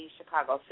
Chicago